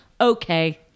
Okay